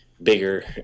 Bigger